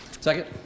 Second